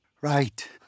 Right